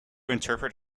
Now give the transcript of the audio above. interpret